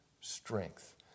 strength